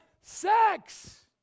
sex